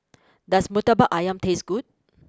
does Murtabak Ayam taste good